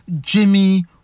Jimmy